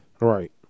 Right